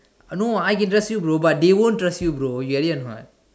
no I can trust you bro but they won't trust you bro you get it or not